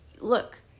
look